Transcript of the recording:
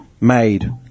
made